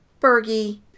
Fergie